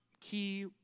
key